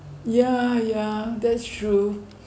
yeah yeah that's true